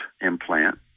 implant